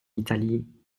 italie